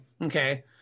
okay